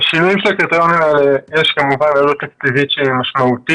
לשינויים של הקריטריונים האלה יש כמובן עלות תקציבית משמעותית,